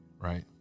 Right